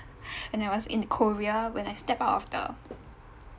when I was in korea when I step out of the